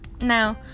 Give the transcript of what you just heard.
now